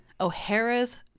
O'Hara's